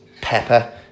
pepper